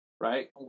right